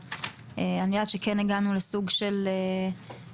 ואני יודעת שכן הגענו לסוג של דיונים,